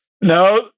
No